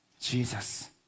Jesus